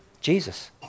Jesus